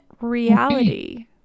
reality